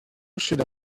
should